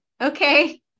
okay